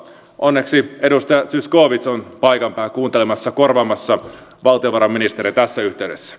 onneksi edustaja zyskowicz on paikan päällä kuuntelemassa korvaamassa valtiovarainministeriä tässä yhteydessä